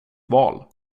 val